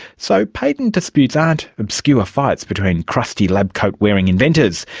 so patent disputes aren't obscure fights between crusty lab-coat-wearing inventors.